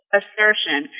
assertion